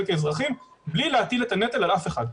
כאזרחים בלי להטיל את הנטל על אף אחד.